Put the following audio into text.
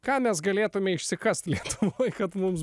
ką mes galėtumėme išsikast lietuvoj kad mums